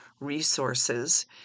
resources